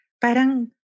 parang